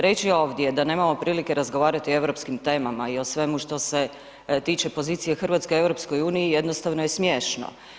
Reći ovdje da nemamo prilike razgovarati o europskim temama i o svemu što se tiče pozicije Hrvatske u EU, jednostavno je smiješno.